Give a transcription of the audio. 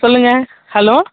சொல்லுங்க ஹலோ